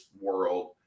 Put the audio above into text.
world